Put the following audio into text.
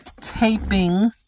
taping